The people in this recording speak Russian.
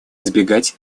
избегать